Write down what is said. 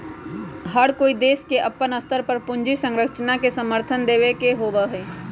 हर कोई देश के अपन स्तर पर पूंजी संरचना के समर्थन देवे के ही होबा हई